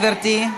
גברתי,